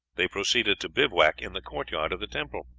they proceeded to bivouac in the courtyard of the temple.